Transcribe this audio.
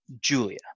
Julia